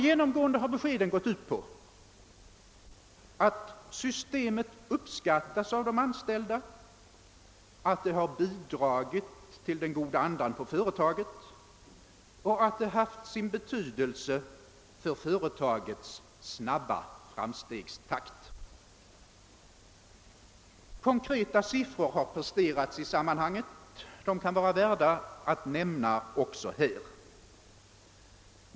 Genomgående har beskeden gått ut på att systemet uppskattas av de anställda, att det har bidragit till den goda andan på företaget och att det haft sin betydelse för företagets höga framstegstakt. Konkreta siffror har presenterats i sammanhanget, vilka kan vara av värde att nämna också här.